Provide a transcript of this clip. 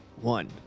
one